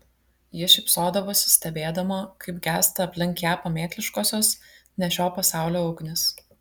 ji šypsodavosi stebėdama kaip gęsta aplink ją pamėkliškosios ne šio pasaulio ugnys